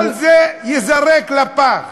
וכל זה ייזרק לפח.